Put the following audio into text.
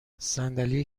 صندلی